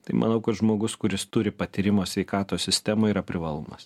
tai manau kad žmogus kuris turi patyrimo sveikatos sistemoj yra privalumas